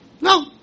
No